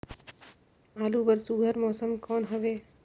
आलू बर सुघ्घर मौसम कौन हवे?